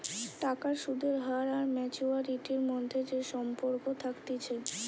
টাকার সুদের হার আর ম্যাচুয়ারিটির মধ্যে যে সম্পর্ক থাকতিছে